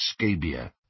Scabia